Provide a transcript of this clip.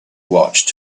watched